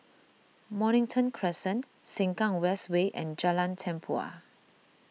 Mornington Crescent Sengkang West Way and Jalan Tempua